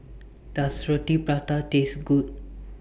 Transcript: Does Roti Prata Taste Good